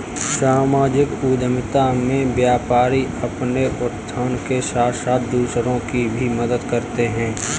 सामाजिक उद्यमिता में व्यापारी अपने उत्थान के साथ साथ दूसरों की भी मदद करते हैं